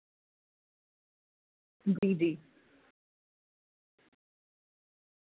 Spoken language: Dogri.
जी जी